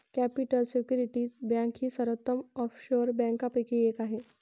capital security bank ही सर्वोत्तम offshore बँकांपैकी एक आहे